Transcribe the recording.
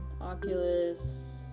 Oculus